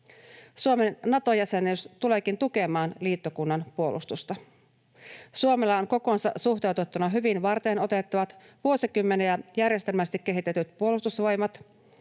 Suomen Nato-jäsenyys tuleekin tukemaan liittokunnan puolustusta. Suomella on kokoonsa suhteutettuna hyvin varteenotettavat, vuosikymmeniä järjestelmällisesti kehitetyt puolustusvoimat,